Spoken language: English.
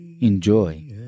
Enjoy